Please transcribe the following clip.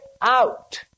out